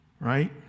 Right